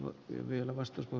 otin vielä vasta kun